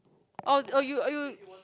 or or you or you